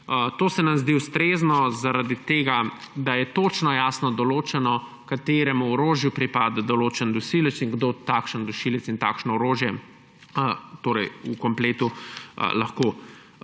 To se nam zdi ustrezno zaradi tega, da je točno jasno določeno, kateremu orožju pripada določen dušilec in kdo takšen dušilec in takšno orožje v kompletu lahko